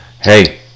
Hey